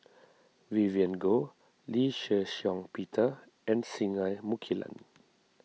Vivien Goh Lee Shih Shiong Peter and Singai Mukilan